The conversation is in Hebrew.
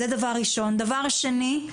דבר שני.